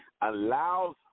allows